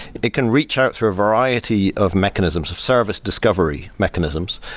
it can reach out through a variety of mechanisms, of service discovery mechanisms,